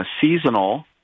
seasonal